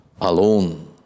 alone